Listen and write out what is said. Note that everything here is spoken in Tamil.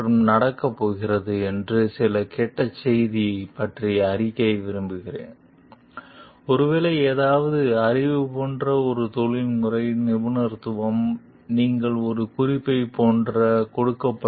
மற்றும் நடக்க போகிறது என்று சில கெட்ட செய்தி பற்றி அறிக்கை விரும்புகிறேன் ஒருவேளை ஏதாவது அறிவு போன்ற ஒரு தொழில்முறை நிபுணத்துவம் நீங்கள் ஒரு குறிப்பை போன்ற கொடுக்கப்பட்ட